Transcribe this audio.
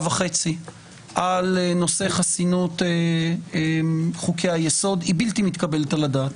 וחצי על נושא חסינות חוקי היסוד היא בלתי מתקבלת על הדעת.